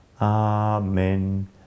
Amen